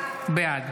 בעד